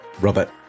Robert